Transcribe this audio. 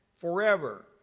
forever